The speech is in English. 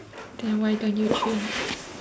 then why don't you change